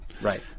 Right